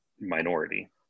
minority